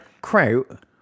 Kraut